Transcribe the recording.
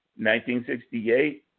1968